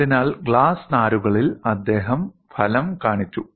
അതിനാൽ ഗ്ലാസ് നാരുകളിൽ അദ്ദേഹം ഫലം കാണിച്ചു